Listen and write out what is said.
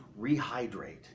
rehydrate